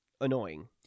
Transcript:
annoying